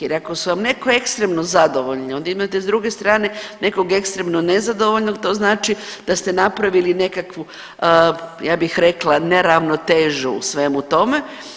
Jer ako su vam neki ekstremno zadovoljni onda imate s druge strane nekog ekstremno nezadovoljnog to znači da ste napravili nekakvu ja bih rekla neravnotežu u svemu tome.